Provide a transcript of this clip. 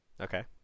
Okay